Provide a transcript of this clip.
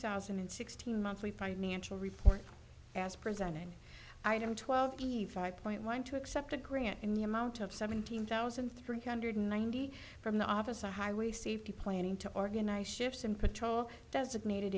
thousand and sixteen monthly financial report as presenting item twelve point one two accept a grant in the amount of seventeen thousand three hundred ninety from the office of highway safety planning to organize shifts and patrol designated